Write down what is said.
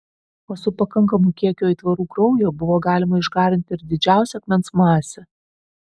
o su pakankamu kiekiu aitvarų kraujo buvo galima išgarinti ir didžiausią akmens masę